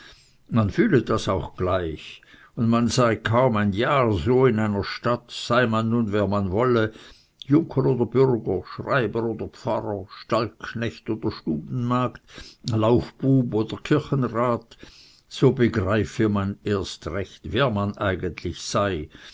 man fühle das auch gleich und man sei kaum ein jahr in einer stadt sei man nun wer man wolle junker oder burger schreiber oder pfarrer stallknecht oder stubenmagd laufbub oder kirchenrat so begreife man erst recht wer man eigentlich sei